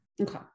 Okay